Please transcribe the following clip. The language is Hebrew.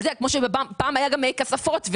פעם בבנק היו כספות.